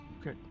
Okay